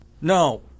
no